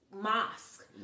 Mosque